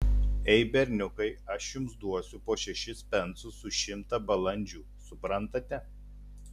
ei berniukai aš jums duosiu po šešis pensus už šimtą balandžių suprantate